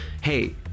hey